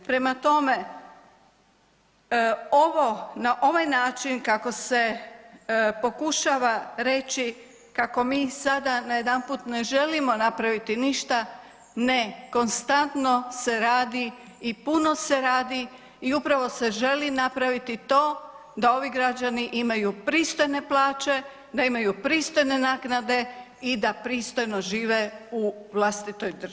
Prema tome, ovo na ovaj način kako se pokušava reći kako mi sada najedanput ne želimo napraviti ništa ne, konstantno se radi i puno se radi i upravo se želi napraviti to da ovi građani imaju pristojne plaće, da imaju pristojne naknade i da pristojno žive u vlastitoj državi.